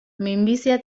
minbizia